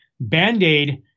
band-aid